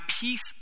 peace